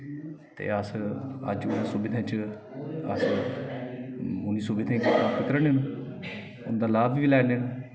ते अस अज्ज ओह् सुविधाएं च अस उ'नें सुविधाएं पर उतरा ने उं'दा लाभ बी लैने न